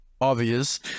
obvious